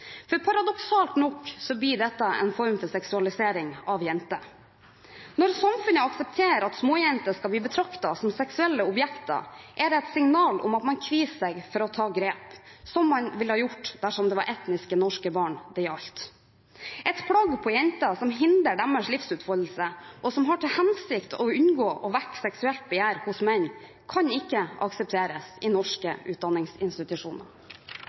for paradoksalt nok blir dette en form for seksualisering av jenter. Når samfunnet aksepterer at småjenter skal bli betraktet som seksuelle objekter, er det et signal om at man kvier seg for å ta grep som man ville gjort dersom det var etnisk norske barn det gjaldt. Et plagg på jenter som hindrer deres livsutfoldelse, og som har til hensikt å unngå å vekke seksuelt begjær hos menn, kan ikke aksepteres i norske utdanningsinstitusjoner.